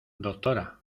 doctora